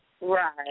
Right